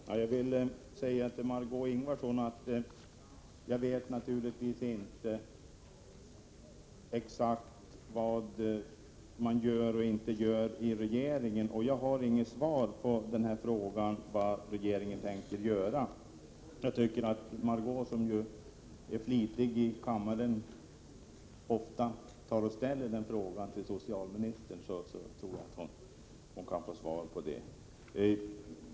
Fru talman! Jag vill säga till Margé Ingvardsson att jag naturligtvis inte vet exakt vad man gör och inte gör i regeringen. Jag har inget svar på frågan vad regeringen tänker göra. Jag tycker att Margé Ingvardsson, som ju är flitig i kammaren, skall ställa den frågan till socialministern. Då tror jag hon kan få svar.